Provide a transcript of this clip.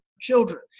children